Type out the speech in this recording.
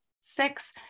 six